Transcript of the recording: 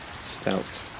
stout